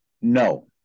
no